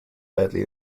badly